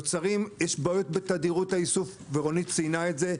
יש בעיות בתדירות האיסוף, ורונית ציינה זאת.